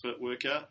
workout